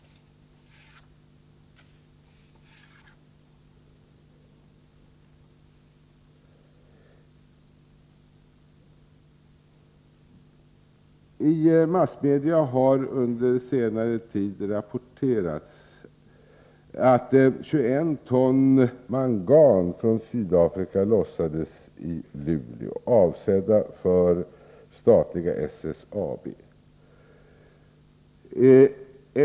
I massmedia har under senare tid rapporterats att 21 ton mangan från Sydafrika lossats i Luleå avsedda för statliga SSAB.